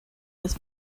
was